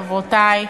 חברותי,